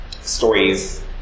stories